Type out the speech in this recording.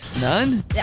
None